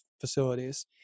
facilities